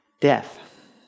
death